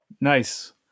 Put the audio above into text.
Nice